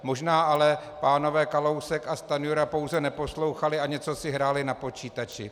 Možná ale pánové Kalousek a Stanjura pouze neposlouchali a něco si hráli na počítači.